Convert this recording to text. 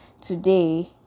Today